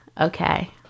Okay